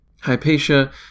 Hypatia